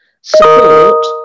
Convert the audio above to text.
support